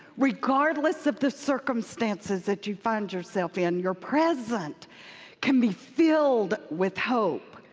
regardless of the circumstances that you find yourself in, your present can be filled with hope,